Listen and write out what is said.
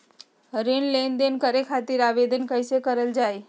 ऋण लेनदेन करे खातीर आवेदन कइसे करल जाई?